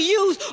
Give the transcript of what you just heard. use